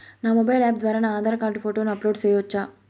నా mobile app ద్వారా నా ఆధార్ కార్డు ఫోటోను అప్లోడ్ సేయొచ్చా?